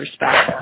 respect